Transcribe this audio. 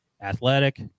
athletic